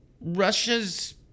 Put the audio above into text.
Russia's